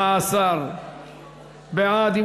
17 בעד.